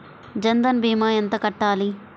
జన్ధన్ భీమా ఎంత కట్టాలి?